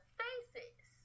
faces